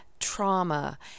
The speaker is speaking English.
trauma